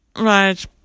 Right